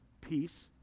peace